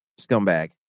scumbag